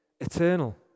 eternal